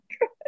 good